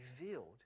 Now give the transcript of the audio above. revealed